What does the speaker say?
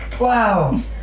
Wow